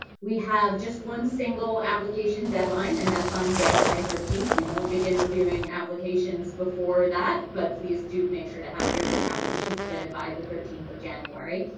we have just one single application deadline and that's on january thirteenth. we won't begin reviewing applications before that, but please do make sure to have your application submitted by the thirteenth of january.